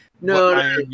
No